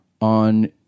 on